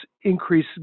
increase